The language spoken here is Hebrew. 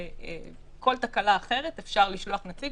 כל תקלה אחרת אפשר לשלוח נציג,